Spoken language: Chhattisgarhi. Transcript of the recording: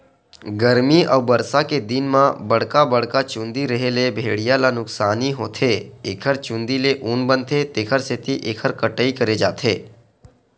गरमी अउ बरसा के दिन म बड़का बड़का चूंदी रेहे ले भेड़िया ल नुकसानी होथे एखर चूंदी ले ऊन बनथे तेखर सेती एखर कटई करे जाथे